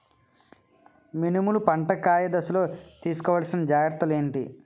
మినుములు పంట కాయ దశలో తిస్కోవాలసిన జాగ్రత్తలు ఏంటి?